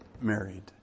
married